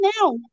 now